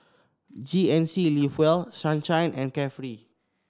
G N C Live Well Sunshine and Carefree